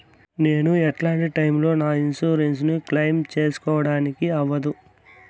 నేను ఎట్లాంటి టైములో నా ఇన్సూరెన్సు ను క్లెయిమ్ సేసుకోవడానికి అవ్వదు?